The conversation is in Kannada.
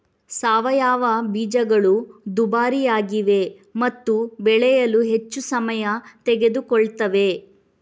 ಸಾವಯವ ಬೀಜಗಳು ದುಬಾರಿಯಾಗಿವೆ ಮತ್ತು ಬೆಳೆಯಲು ಹೆಚ್ಚು ಸಮಯ ತೆಗೆದುಕೊಳ್ಳುತ್ತವೆ